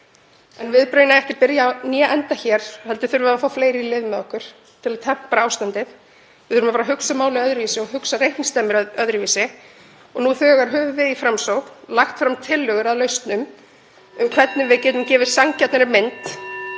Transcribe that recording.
En viðbrögðin eiga ekki að byrja eða enda hér heldur þurfum við að fá fleiri í lið með okkur til að tempra ástandið. Við þurfum að fara að hugsa málið öðruvísi og hugsa reikningsdæmið öðruvísi. Og nú þegar höfum við í Framsókn lagt fram tillögur að lausnum um hvernig við getum gefið sanngjarnari mynd